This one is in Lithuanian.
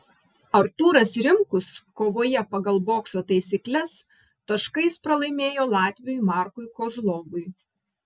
artūras rimkus kovoje pagal bokso taisykles taškais pralaimėjo latviui markui kozlovui